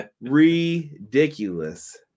Ridiculous